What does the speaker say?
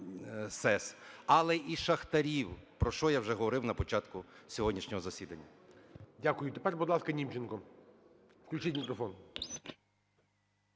СЕС, але і шахтарів, про що я вже говорив на початку сьогоднішнього засідання. ГОЛОВУЮЧИЙ. Дякую. Тепер, будь ласка, Німченко. Включіть мікрофон.